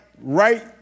right